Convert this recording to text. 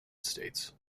states